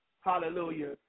Hallelujah